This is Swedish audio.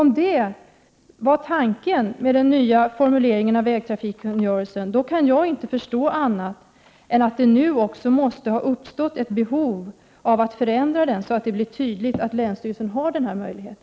Om det var avsikten att man i och med den nya formuleringen av vägtrafikkungörelsen skulle kunna fatta beslut när det gäller sådana vägsträckor, kan jag inte förstå annat än att det nu har uppstått ett behov att förändra vägtrafikkungörelsen, så att det blir tydligt att länsstyrelsen har denna möjlighet.